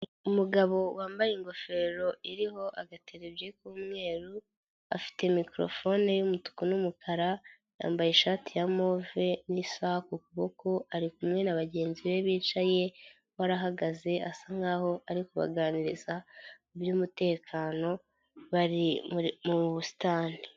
Umugabo wambaye ingofero iriho agatirevi k'umweru, afite mikoro fone y'umutuku n'umukara, yambaye ishati ya move n'isaha ku kuboko ari kumwe na bagenzi be bicaye, we arahagaze asa nkaho ari kubaganiriza, iby'umutekano, bari muri mu busitani.